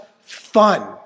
fun